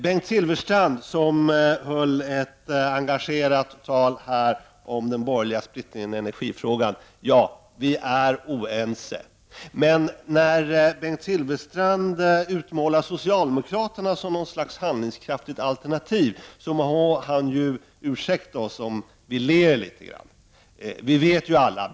Bengt Silfverstrand höll ett engagerat tal om den borgerliga splittringen i energifrågan. Ja, de icke-socialistiska partierna är oense. Men när Bengt Silfverstrand utmålar socialdemokraterna som något slags handlingskraftigt alternativ må han ju ursäkta oss om vi ler litet grand.